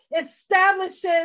establishes